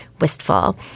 wistful